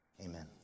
Amen